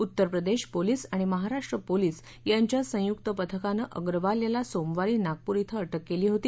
Uttar Pradesh police आणि Maharashtra police यांच्या संयुक पथकानं अग्रवाल याला सोमवारी नागपूर इथं अटक केली होती